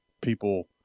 people